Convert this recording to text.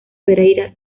pereira